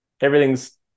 everything's